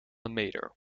mater